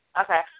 Okay